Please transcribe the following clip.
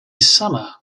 summer